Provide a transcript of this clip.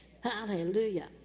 Hallelujah